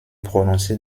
prononcé